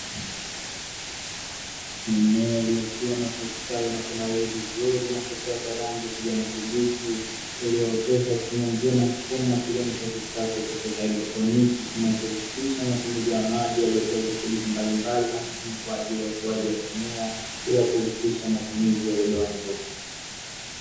Mimea iliyokuwa na kustawi na kunawiri vizuri na kupewa kwa rangi ya kijani kibichi, iliyooteshwa kwa kutumia njia na mfumo wa kisasa cha kihaidroponiki, kinachohusisha matumizi ya maji yalotiwa virutubisho mbalimbali na muhimu kwa ajili ya ukuaji wa mimea bila kuhusisha matumizi ya udongo.